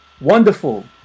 wonderful